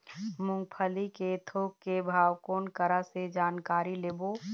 मूंगफली के थोक के भाव कोन करा से जानकारी लेबो?